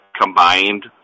combined